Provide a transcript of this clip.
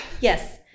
Yes